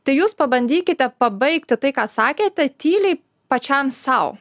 tai jūs pabandykite pabaigti tai ką sakėte tyliai pačiam sau